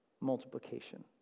multiplication